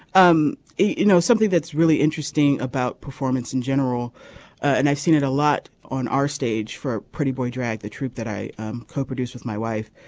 um you know something that's really interesting about performance in general and i've seen it a lot on our stage for pretty boy drag the troupe that i co-produced with my wife.